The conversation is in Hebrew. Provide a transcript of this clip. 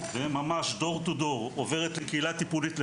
ממש "door to door", עוברת לקהילה טיפולית לנשים.